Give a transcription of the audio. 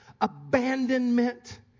abandonment